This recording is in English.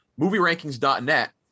MovieRankings.net